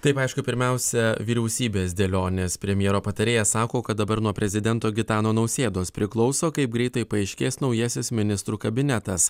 taip aišku pirmiausia vyriausybės dėliones premjero patarėjas sako kad dabar nuo prezidento gitano nausėdos priklauso kaip greitai paaiškės naujasis ministrų kabinetas